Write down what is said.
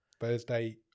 Thursday